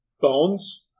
bones